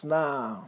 now